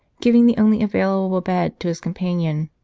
giving the only available bed to his companion,